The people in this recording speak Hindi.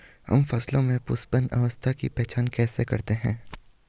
हम फसलों में पुष्पन अवस्था की पहचान कैसे करते हैं?